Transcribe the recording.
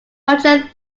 hundred